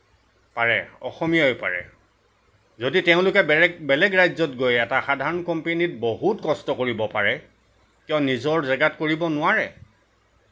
পাৰে অসমীয়াইও পাৰে যদি তেওঁলোকে বেৰেগ বেলেগ ৰাজ্যত গৈ এটা সাধাৰণ কোম্পানীত বহুত কষ্ট কৰিব পাৰে কিয় নিজৰ জেগাত কৰিব নোৱাৰে